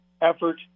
effort